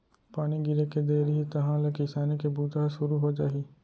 पानी गिरे के देरी हे तहॉं ले किसानी के बूता ह सुरू हो जाही